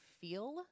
feel